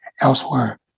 elsewhere